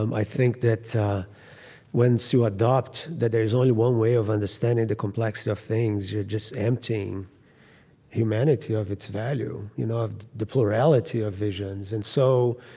um i think that once you adopt that there is only one way of understanding the complexity of things you're just emptying humanity of its value, you know of the plurality of visions. and so,